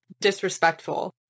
Disrespectful